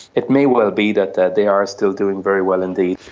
it may well be that that they are still doing very well indeed.